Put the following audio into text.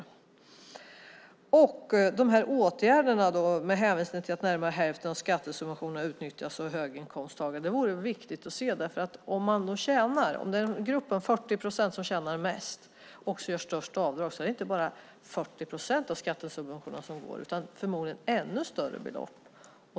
Det vore viktigt att se på åtgärderna med hänvisning till att närmare hälften av skattesubventionerna utnyttjas av höginkomsttagare. Om de 40 procent som tjänar mest också gör de största avdragen går inte bara 40 procent av skattesubventionerna till dem utan förmodligen ett ännu högre belopp.